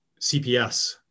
CPS